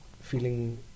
feeling